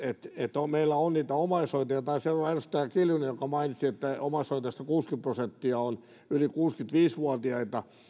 meillä on niitä omaishoitajia taisi olla edustaja kiljunen joka mainitsi että omaishoitajista kuusikymmentä prosenttia on yli kuusikymmentäviisi vuotiaita